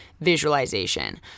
visualization